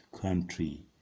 country